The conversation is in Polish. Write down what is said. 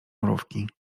mrówki